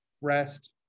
rest